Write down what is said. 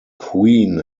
queen